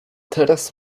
teraz